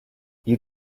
you